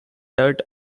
dirt